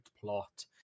plot